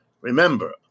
Remember